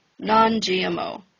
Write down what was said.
non-GMO